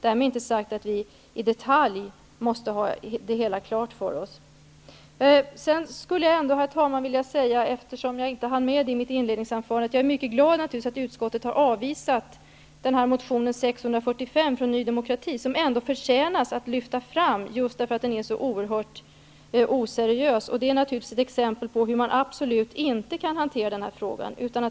Därmed inte sagt att vi i detalj måste ha det hela klart för oss. Herr talman! Eftersom jag inte hann med det i mitt inledningsanförande vill jag säga att jag är mycket glad över att utskottet har avvisat motion 645 från Ny demokrati, som ändå förtjänar att lyftas fram för att den är så oerhört oseriös. Det är naturligtvis ett exempel på hur man absolut inte kan hantera den här frågan.